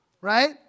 right